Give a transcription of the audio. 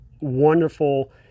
wonderful